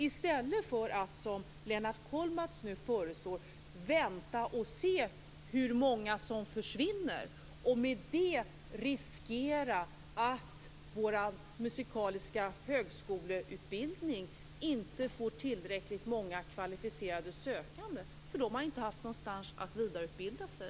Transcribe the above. I stället föreslår Lennart Kollmats nu att vi skall vänta och se hur många som försvinner och därmed riskera att vår musikaliska högskoleutbildning inte får tillräckligt många kvalificerade sökande, därför att de inte har haft någonstans att vidareutbilda sig.